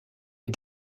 est